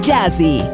Jazzy